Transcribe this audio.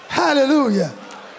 Hallelujah